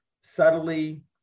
subtly